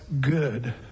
good